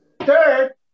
third